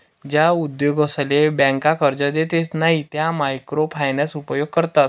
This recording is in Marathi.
ज्या उद्योगसले ब्यांका कर्जे देतसे नयी त्या मायक्रो फायनान्सना उपेग करतस